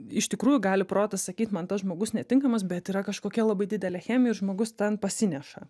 iš tikrųjų gali protas sakyt man tas žmogus netinkamas bet yra kažkokia labai didelė chemija ir žmogus ten pasineša